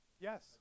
Yes